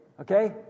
okay